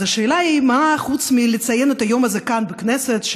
אז השאלה היא: חוץ מלציין את היום הזה כאן בכנסת,